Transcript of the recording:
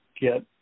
get